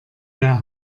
der